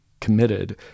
committed